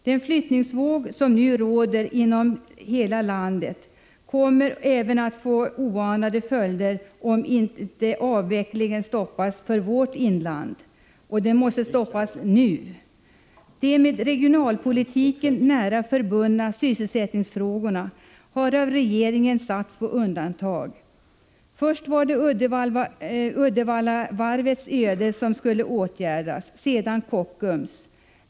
Den flyttningsvåg som man nu har inom hela landet kommer att få oanade följder om inte avvecklingen stoppas i vårt inland. Denna avveckling måste stoppas nu. De med regionalpolitiken nära förbundna sysselsättningsfrågorna har av regeringen satts på undantag. Först var det Uddevallavarvets öde som skulle åtgärdas och sedan Kockums.